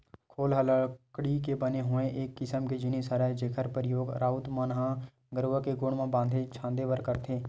खोल ह लकड़ी के बने हुए एक किसम के जिनिस हरय जेखर परियोग राउत मन ह गरूवा के गोड़ म बांधे छांदे बर करथे